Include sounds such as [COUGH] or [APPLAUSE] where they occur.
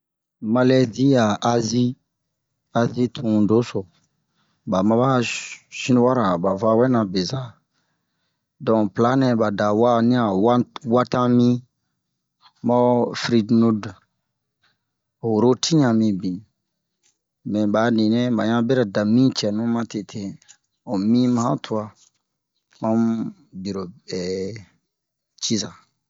Malɛzi a Azi Azi tun doso ɓa maba shiniwara ɓa va wɛna beza donk pla nɛ ɓa da wa'a ni o want- wantami ma ho firinude ho ruti ɲan mibin mɛ ɓa a ninɛ ɓa ɲan bɛrɛ da mi cɛnu matete homi a han tuwa mamu diro [HESITATION] ciza